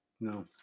No